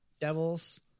devils